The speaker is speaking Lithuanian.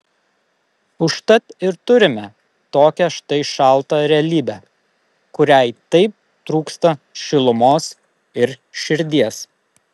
užtat ir turime tokią štai šaltą realybę kuriai taip trūksta šilumos ir širdies